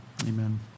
Amen